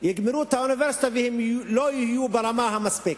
יגמרו את האוניברסיטה והם לא יהיו ברמה המספקת.